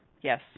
Yes